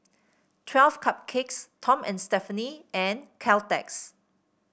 Twelve Cupcakes Tom and Stephanie and Caltex